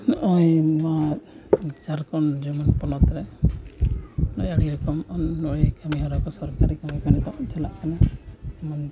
ᱱᱚᱜᱼᱚᱸᱭ ᱱᱚᱣᱟ ᱡᱷᱟᱲᱠᱷᱚᱸᱰ ᱡᱮᱢᱚᱱ ᱯᱚᱱᱚᱛ ᱨᱮ ᱟᱹᱰᱤ ᱨᱚᱠᱚᱢ ᱩᱱᱱᱚᱭᱚᱱ ᱠᱟᱹᱢᱤ ᱠᱟᱹᱢᱤ ᱦᱚᱨᱟ ᱠᱚ ᱥᱚᱨᱠᱟᱨᱤ ᱠᱟᱹᱢᱤ ᱠᱚ ᱪᱟᱞᱟᱜ ᱠᱟᱱᱟ ᱡᱮᱢᱚᱱ